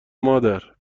مادر